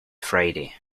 friday